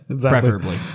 preferably